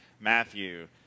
Matthew